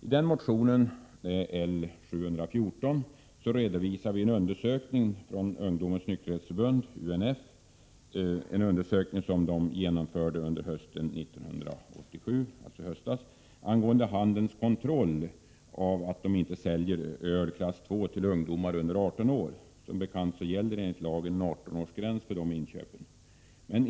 I denna motion, L714, redovisar vi en undersökning som gjordes hösten 1987 av Ungdomens nykterhetsförbund, UNF, om handelns kontroll av att öl klass II inte säljs till ungdomar under 18 år. Som bekant gäller enligt lagen en 18-årsgräns för sådana inköp.